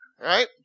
Right